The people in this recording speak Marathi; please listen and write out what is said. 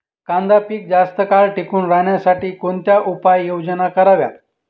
कांदा पीक जास्त काळ टिकून राहण्यासाठी कोणत्या उपाययोजना कराव्यात?